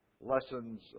lessons